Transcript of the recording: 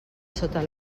sota